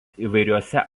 įvairiose